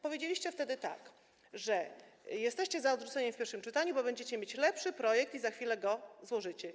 Powiedzieliście wtedy, że jesteście za odrzuceniem jej w pierwszym czytaniu, bo będziecie mieć lepszy projekt i za chwilę go złożycie.